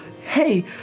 Hey